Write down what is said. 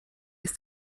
ist